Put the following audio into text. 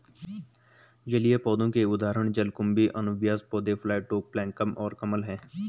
जलीय पौधों के उदाहरण जलकुंभी, अनुबियास पौधे, फाइटोप्लैंक्टन और कमल हैं